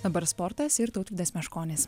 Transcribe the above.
dabar sportas ir tautvydas meškonis